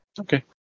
Okay